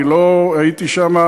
אני לא הייתי שם.